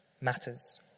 Matters